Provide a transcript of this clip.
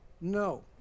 No